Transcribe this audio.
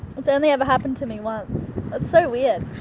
it's only ever happened to me once that's so weird